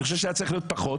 אני חושב שהיה צריך להיות פחות,